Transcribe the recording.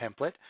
template